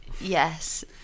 Yes